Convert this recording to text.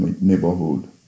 neighborhood